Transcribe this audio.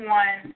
one